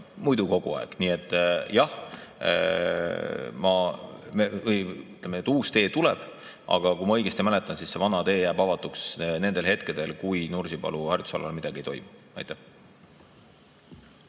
muidu kogu aeg. Nii et jah, uus tee tuleb, aga kui ma õigesti mäletan, siis see vana tee jääb avatuks sel ajal, kui Nursipalu harjutusalal midagi ei toimu. Aitäh!